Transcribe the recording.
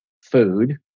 food